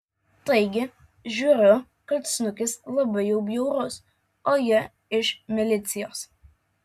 taigi žiūriu kad snukis labai jau bjaurus o ji iš milicijos